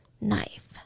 knife